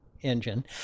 engine